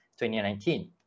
2019